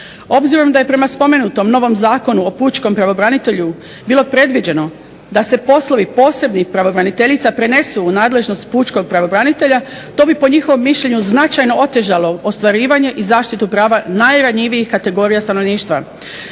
Obzirom da je prema spomenutom novom Zakonu o pučkom pravobranitelju bilo predviđeno da se poslovi posebnih pravobraniteljica prenesu u nadležnost pučkog pravobranitelja to bi po njihovom mišljenju značajno otežalo ostvarivanje i zaštitu prava najranjivijih kategorija stanovništva